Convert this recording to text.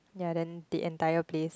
ya then the entire base